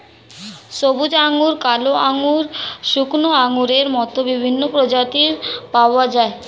সবুজ আঙ্গুর, কালো আঙ্গুর, শুকনো আঙ্গুরের মত বিভিন্ন প্রজাতির পাওয়া যায়